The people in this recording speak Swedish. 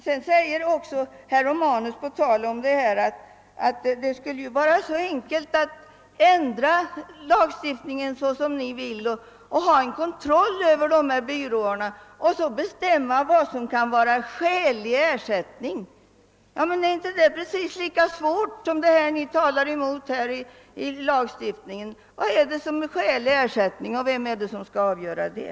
Herr Romanus talar om att det skulle vara så enkelt att ändra lagstiftningen så att man kan utöva kontroll över byråerna och bestämma vad som kan vara skälig ersättning. Men är inte det lika svårt som det ni talar emot? Vad är skälig ersättning och vem är det som skall avgöra det?